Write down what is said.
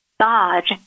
God